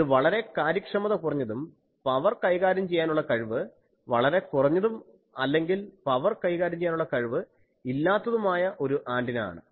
ഇത് വളരെ കാര്യക്ഷമത കുറഞ്ഞതും പവർ കൈകാര്യം ചെയ്യുവാനുള്ള കഴിവ് വളരെ കുറഞ്ഞതും അല്ലെങ്കിൽ പവർ കൈകാര്യം ചെയ്യുവാനുള്ള കഴിവ് ഇല്ലാത്തതുമായ ഒരു ആന്റിന ആണ്